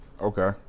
Okay